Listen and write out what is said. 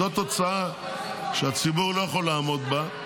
זאת תוצאה שהציבור לא יכול לעמוד בה.